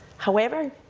however,